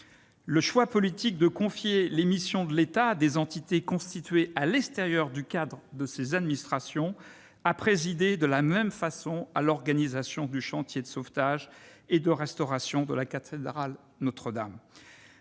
Le choix politique de confier les missions de l'État à des entités constituées à l'extérieur du cadre de ses administrations a présidé, de la même façon, à l'organisation du chantier de sauvetage et de restauration de la cathédrale Notre-Dame